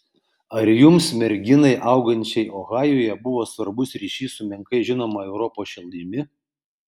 ar jums merginai augančiai ohajuje buvo svarbus ryšys su menkai žinoma europos šalimi